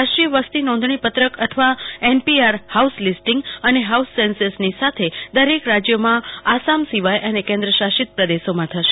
રાષ્ટ્રીય વસ્તી નોંધણી પત્રક અથવા એનપીઆર હાઉસ લિસ્ટિંગ અને હાઉસ સેન્સસની સાથે દરેક રાજ્યોમાં આસામ સિવાય અને કેન્દ્ર શાસિત પ્રદેશોમાં થશે